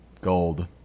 Gold